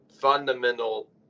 fundamental